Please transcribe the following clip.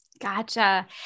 Gotcha